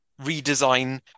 redesign